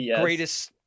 greatest